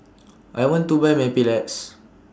I want to Buy Mepilex